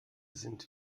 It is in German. sind